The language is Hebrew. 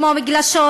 כמו מגלשות,